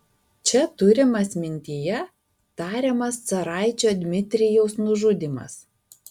čia turimas mintyje tariamas caraičio dmitrijaus nužudymas